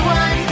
one